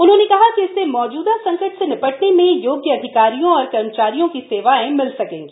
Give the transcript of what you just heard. उन्होंने कहा कि इससे मौजूदा संकट से निपटने में योग्य अधिकारियों और कर्मचारियों की सेवाएँ मिल सकेंगी